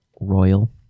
royal